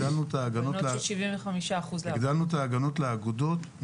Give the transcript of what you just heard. הגדלנו את ההגנות לאגודות.